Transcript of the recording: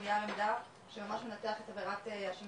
לנייר עמדה, שממש מנתח את עבירת השימוש